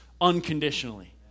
unconditionally